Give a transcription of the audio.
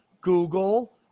Google